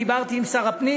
עם שר הפנים.